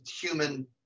human